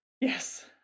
Yes